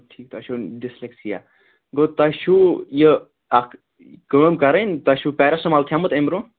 ٹھیٖک تۄہہِ چھُۄ ڈِسفِکسِیہ گوٚو تۄہہِ چھُو یہِ اَکھ کٲم کَرٕنۍ تۄہہِ چھُو پٮ۪رَسٹمال کھیٚومُت أمۍ برۄنٛہہ